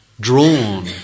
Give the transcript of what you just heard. drawn